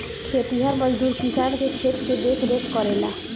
खेतिहर मजदूर किसान के खेत के देखरेख करेला